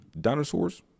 Dinosaurs